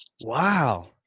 Wow